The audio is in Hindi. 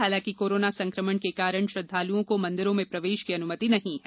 हालांकि कोरोना संक्रमण के कारण श्रद्दालुओं को मंदिरों में प्रवेश की अनुमति नहीं है